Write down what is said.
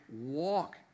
walk